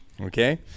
Okay